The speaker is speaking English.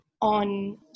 on